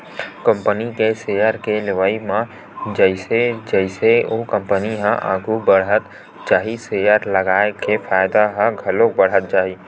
company के share के लेवई म जइसे जइसे ओ कंपनी ह आघू बड़हत जाही सेयर लगइया के फायदा ह घलो बड़हत जाही